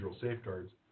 safeguards